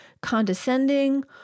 condescending